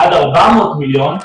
עד 400 מיליון,